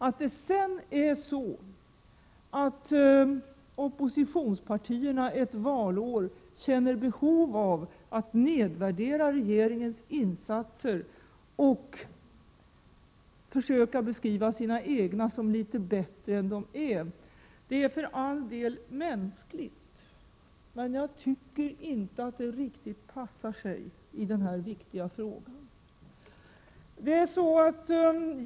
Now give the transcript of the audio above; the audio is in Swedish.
Att sedan oppositionspartierna ett valår känner behov av att nedvärdera regeringens insatser och försöka beskriva sina egna som litet bättre än de är — det är för all del mänskligt. Men jag tycker inte att det riktigt passar sig i den här viktiga frågan.